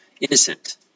innocent